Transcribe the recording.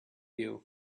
you